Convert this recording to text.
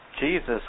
Jesus